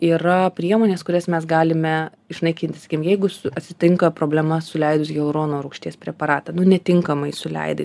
yra priemonės kurias mes galime išnaikins jeigu su atsitinka problema suleidus hialurono rūgšties preparatą nu netinkamai suleidai